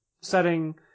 setting